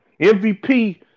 MVP